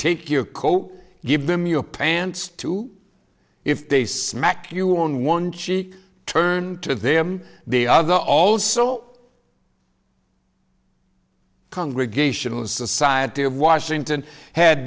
take your coat give them your pants too if they smack you on one cheek turn to them the other also congregational society of washington had